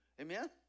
Amen